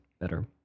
better